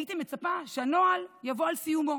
הייתי מצפה שהנוהל יבוא על סיומו,